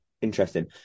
interesting